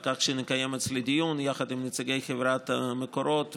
כך שנקיים אצלי דיון יחד עם נציגי חברת מקורות,